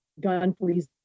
gun-free